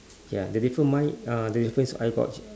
ya the differ~ mine uh the difference I got